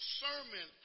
sermon